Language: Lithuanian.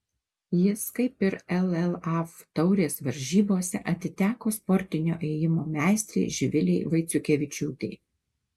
jis kaip ir llaf taurės varžybose atiteko sportinio ėjimo meistrei živilei vaiciukevičiūtei